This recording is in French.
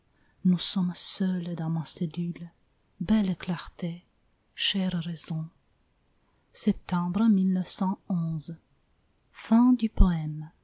nous sommes seuls dans ma cellule belle clarté chère raison